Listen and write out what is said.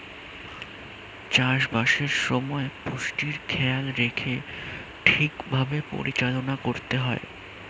চাষ বাসের সময় পুষ্টির খেয়াল রেখে ঠিক ভাবে পরিচালনা করতে হয়